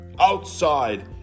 outside